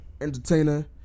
entertainer